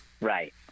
Right